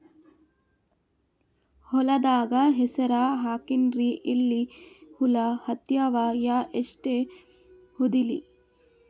ಹೊಲದಾಗ ಹೆಸರ ಹಾಕಿನ್ರಿ, ಎಲಿ ಹುಳ ಹತ್ಯಾವ, ಯಾ ಎಣ್ಣೀ ಹೊಡಿಲಿ?